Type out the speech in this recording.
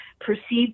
perceived